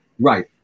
Right